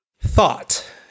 thought